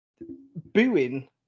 booing